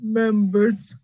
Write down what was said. members